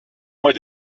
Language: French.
mois